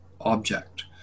object